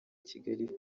kigali